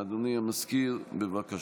אדוני המזכיר, בבקשה.